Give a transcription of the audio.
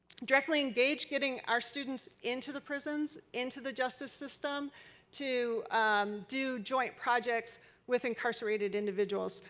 directly engage getting our students into the prisons, into the justice system to do joints projects with incarcerated individuals.